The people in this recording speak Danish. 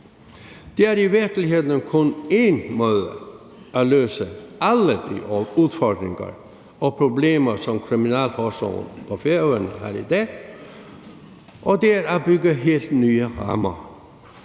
Der er i virkeligheden kun en måde at løse alle de udfordringer og problemer på, som kriminalforsorgen på Færøerne har i dag, og det er ved at bygge helt nye rammer,